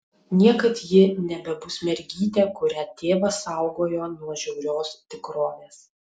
niekad ji nebebus mergytė kurią tėvas saugojo nuo žiaurios tikrovės